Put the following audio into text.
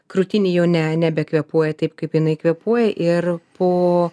krūtinė jau ne nebekvėpuoja taip kaip jinai kvėpuoja ir po